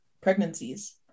pregnancies